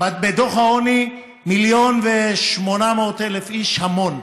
בדוח העוני, 1.8 מיליון איש, המון.